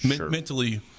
mentally –